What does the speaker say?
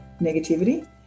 negativity